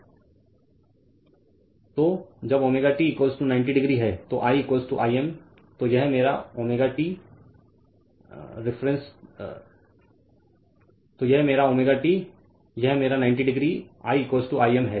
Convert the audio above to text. Refer Slide Time 2021 तो जब ωt 90 degree है तो I I m तो यह मेरा ω t संदर्भ समय 2028 यह मेरा 90 डिग्री I I m है